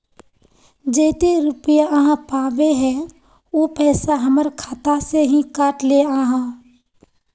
जयते रुपया आहाँ पाबे है उ पैसा हमर खाता से हि काट लिये आहाँ?